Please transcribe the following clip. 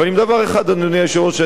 אבל בדבר אחד, אדוני היושב-ראש,